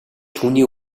түүний